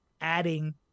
adding